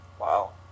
Wow